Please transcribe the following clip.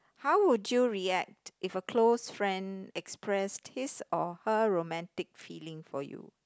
how would you react if a close friend expressed his or her romantic feeling for you